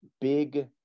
big